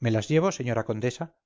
me las llevo señora condesa